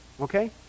Okay